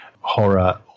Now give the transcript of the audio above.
horror